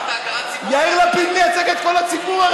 יאיר לפיד מייצג את כל הציבור,